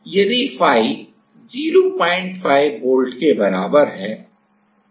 यदि phi 05 volt के बराबर है